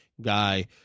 guy